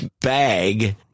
bag